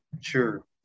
Sure